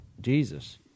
Jesus